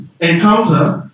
encounter